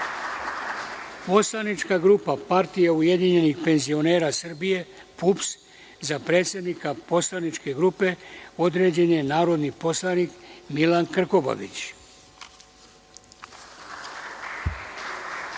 Poslanička grupa Partija ujedinjenih penzionera Srbije (PUPS) – za predsednika poslaničke grupe određen je narodni poslanik Milan Krkobabić,